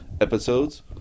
episodes